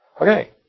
Okay